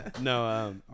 No